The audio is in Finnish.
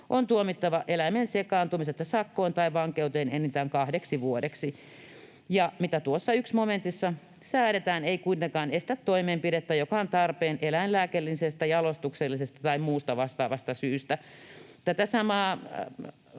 on tuomittava eläimeen sekaantumisesta sakkoon tai vankeuteen enintään kahdeksi vuodeksi”. Ja mitä tuossa 1 momentissa säädetään, ”ei kuitenkaan estä toimenpidettä, joka on tarpeen eläinlääkinnällisestä, jalostuksellisesta tai muusta vastaavasta syystä”. Tätä samaa